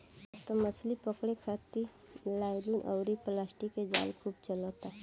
अब त मछली पकड़े खारित नायलुन अउरी प्लास्टिक के जाल खूब चलता